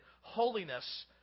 holiness